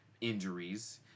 injuries